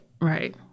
Right